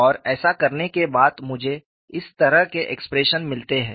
और ऐसा करने के बाद मुझे इस तरह के एक्सप्रेशन मिलते हैं